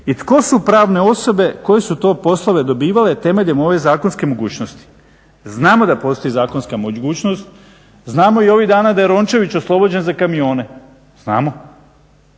i tko su pravne osobe, koje su to poslove dobivale temeljem ove zakonske mogućnosti. Znamo da postoji zakonska mogućnost, znamo i ovih dana da je Rončević oslobođen za kamione, znamo.